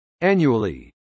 annually